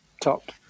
top